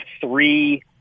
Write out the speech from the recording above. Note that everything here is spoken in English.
three